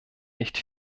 nicht